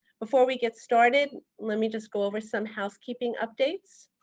before we get started, let me just go over some housekeeping updates.